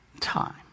time